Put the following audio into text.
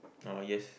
uh yes